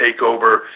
takeover